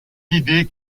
idée